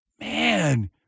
Man